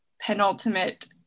penultimate